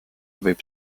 võib